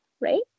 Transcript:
Right